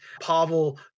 Pavel